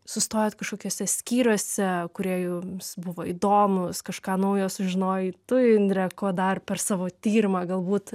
sustojot kažkokiuose skyriuose kurie jums buvo įdomūs kažką naujo sužinojai tu indre ko dar per savo tyrimą galbūt